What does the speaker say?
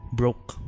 broke